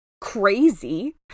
crazy